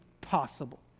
possible